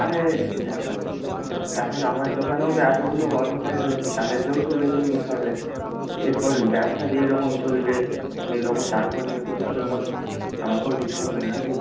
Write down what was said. আরে দেখো এখন আমার দোকানেও যা এতোগুলো কর্মচারী রয়েছে তাদেরকেও তো বেতন দিতে হবে এরপর ব্যবসা যেইরকম চলবে সেই রকম তার ওপর নির্ভর করে তো আমাকেও দিতে হবে নাকি